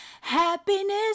happiness